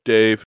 Dave